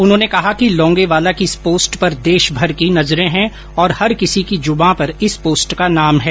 उन्होंने कहा कि लोंगेवाला की इस पोस्ट पर देशभर की नजरें हैं और हर किसी की जुबां पर इस पोस्ट का नाम है